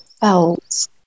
felt